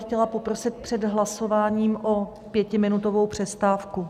Chtěla bych poprosit před hlasováním o pětiminutovou přestávku.